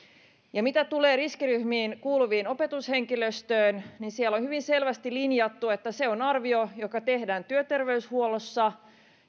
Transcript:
mitä tulee riskiryhmiin kuuluvaan opetushenkilöstöön niin siellä on hyvin selvästi linjattu että se on arvio joka tehdään työterveyshuollossa